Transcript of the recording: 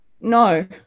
No